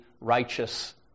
righteous